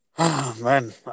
Man